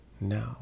no